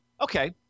Okay